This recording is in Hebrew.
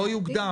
לא יוקדם.